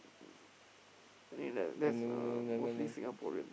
I think that that's uh mostly Singaporean